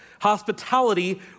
Hospitality